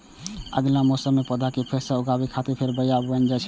अगिला मौसम मे पौधा कें फेर सं उगाबै खातिर फेर सं बिया बुनल जाइ छै